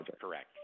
correct